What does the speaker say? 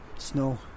Snow